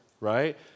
right